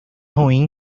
ruim